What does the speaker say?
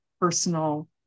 personal